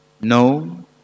no